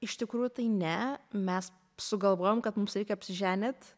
iš tikrųjų tai ne mes sugalvojom kad mums reikia apsiženyt